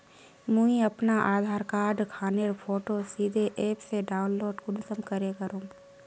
मुई अपना आधार कार्ड खानेर फोटो सीधे ऐप से डाउनलोड कुंसम करे करूम?